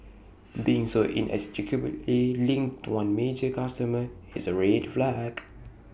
being so inextricably linked to one major customer is A red flag